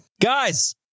Guys